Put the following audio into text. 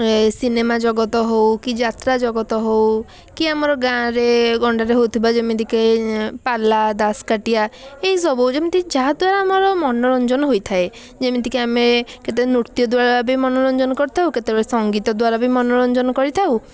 ଏଇ ସିନେମା ଜଗତ ହେଉ କି ଯାତ୍ରା ଜଗତ ହେଉ କି ଆମର ଗାଁରେ ଗଣ୍ଡାରେ ହେଉଥିବା ଯେମିତିକି ପାଲା ଦାସକାଠିଆ ଏଇ ସବୁ ଯେମିତି ଯାହାଦ୍ଵାରା ଆମର ମନୋରଞ୍ଜନ ହୋଇଥାଏ ଯେମିତିକି ଆମେ କେତେ ନୃତ୍ୟଦ୍ଵାରା ବି ମନୋରଞ୍ଜନ କରିଥାଉ କେତେବେଳେ ସଙ୍ଗୀତ ଦ୍ଵାରା ବି ମନୋରଞ୍ଜନ କରିଥାଉ